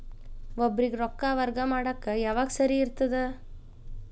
ಒಬ್ಬರಿಗ ರೊಕ್ಕ ವರ್ಗಾ ಮಾಡಾಕ್ ಯಾವಾಗ ಸರಿ ಇರ್ತದ್?